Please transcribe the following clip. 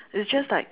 it's just like